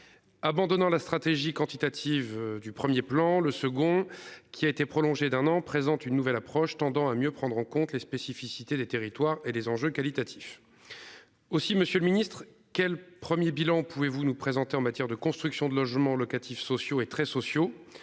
Abandonnant la stratégie quantitative du premier plan, le second qui a été prolongé d'un an, présente une nouvelle approche tendant à mieux prendre en compte les spécificités des territoires et les enjeux qualitatifs. Aussi, Monsieur le Ministre quel 1er bilan pouvez-vous nous présenter en matière de construction de logements locatifs sociaux et très sociaux